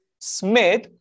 Smith